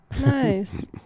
Nice